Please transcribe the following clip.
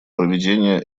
проведения